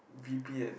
V_P and